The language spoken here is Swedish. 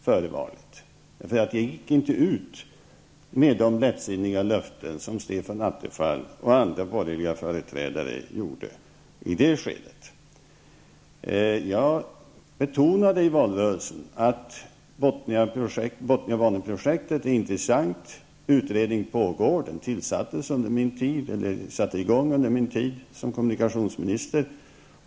Jag gick nämligen inte ut i det skedet med de lättsinniga löften som Stefan Attefall och andra borgerliga företrädare gjorde. Under valrörelsen betonade jag att Bothniabaneprojektet var intressant. Det pågår en utredning som påbörjade sitt arbete under min tid som kommunikationsminister.